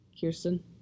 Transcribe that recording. Kirsten